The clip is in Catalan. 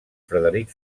frederic